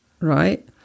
Right